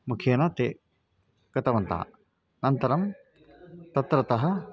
मुखेन ते गतवन्तः अनन्तरं ततः